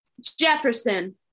Jefferson